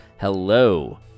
Hello